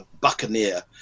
buccaneer